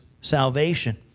salvation